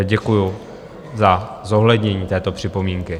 Děkuju za zohlednění této připomínky.